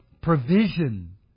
provision